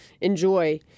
enjoy